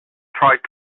tried